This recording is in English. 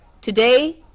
today